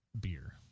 beer